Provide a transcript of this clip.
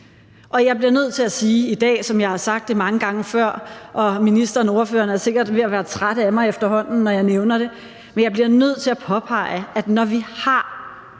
jeg bliver nødt til at sige og påpege i dag, som jeg har sagt det mange gange før – og ministeren og ordførererne er sikkert ved at være trætte af mig efterhånden, når jeg nævner det – at når vi har